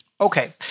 Okay